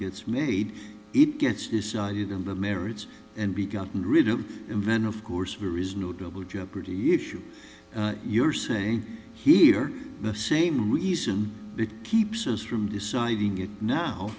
gets made it gets decided on the merits and be gotten rid of the inventor of course where is no double jeopardy issue you're saying here the same reason that keeps us from deciding it now